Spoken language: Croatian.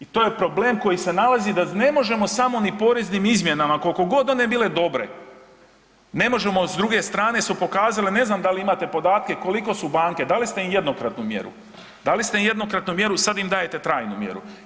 I to je problem koji se nalazi da ne možemo samo ni poreznim izmjenama koliko god one bile dobre, ne možemo s druge strane su pokazale, ne znam da li imate podatke koliko su banke, dali ste im jednokratnu mjeru, dali ste im jednokratnu mjeru sad im dajete trajnu mjeru.